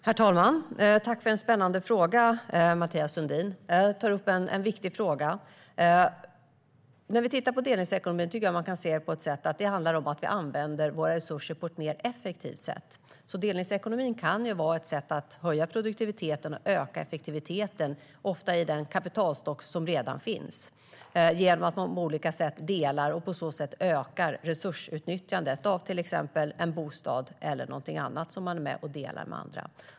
Herr talman! Jag tackar Mathias Sundin för en spännande och viktig fråga. Jag tycker att man kan se det som att delningsekonomin handlar om att vi använder våra resurser på ett effektivare sätt. Delningsekonomin kan vara ett sätt att höja produktiviteten och öka effektiviteten, ofta i den kapitalstock som redan finns, genom att man på olika sätt "delar" och på så sätt ökar resursutnyttjandet gällande till exempel en bostad eller någonting annat som man delar med andra.